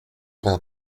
vingt